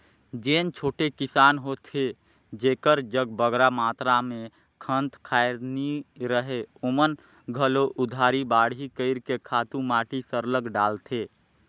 जेन छोटे किसान होथे जेकर जग बगरा मातरा में खंत खाएर नी रहें ओमन घलो उधारी बाड़ही कइर के खातू माटी सरलग डालथें